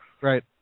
Right